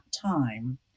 time